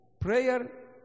Prayer